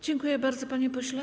Dziękuję bardzo, panie pośle.